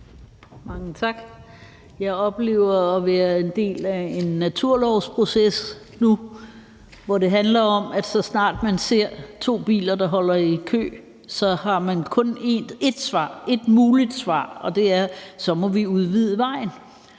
(EL): Jeg oplever at være en del af en naturlovsproces nu, hvor det handler om, at så snart man ser to biler, der holder i kø, har man kun et muligt svar, og det er: Så må vi udvide vejen.